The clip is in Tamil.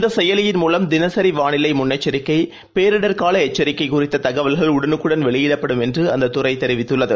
இந்த செயலியின் மூலம் தினசரி வானிலை முன்னெச்சரிக்கை பேரிடர் கால எச்சரிக்கை குறித்த தகவல்கள் உடனுக்குடன் வெளியிடப்படும் என்று அந்த துறை தெரிவித்துள்ளது